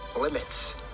limits